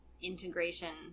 integration